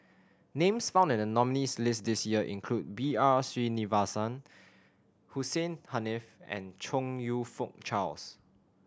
names found in the nominees' list this year include B R Sreenivasan Hussein Haniff and Chong You Fook Charles